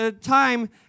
time